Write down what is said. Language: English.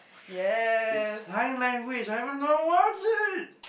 it's sign language I don't know what's it